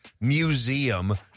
museum